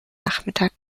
nachmittag